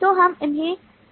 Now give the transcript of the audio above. तो हम